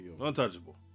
untouchable